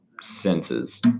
senses